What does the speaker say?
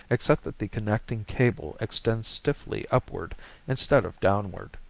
except that the connecting cable extends stiffly upward instead of downward.